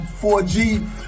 4G